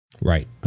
Right